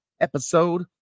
episode